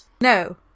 no